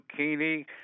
zucchini